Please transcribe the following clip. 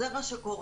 זה מה שקורה.